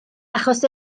achos